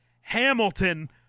Hamilton